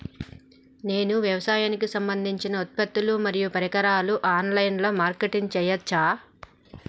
నేను వ్యవసాయానికి సంబంధించిన ఉత్పత్తులు మరియు పరికరాలు ఆన్ లైన్ మార్కెటింగ్ చేయచ్చా?